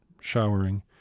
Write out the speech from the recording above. showering